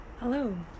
hello